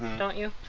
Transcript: don't you?